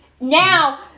Now